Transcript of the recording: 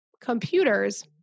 computers